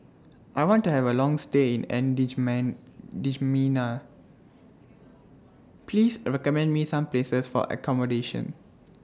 I want to Have A Long stay in N D G Man N'Djamena Please recommend Me Some Places For accommodation